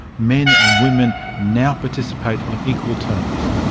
men and women now participate on equal terms.